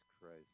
Christ